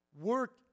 work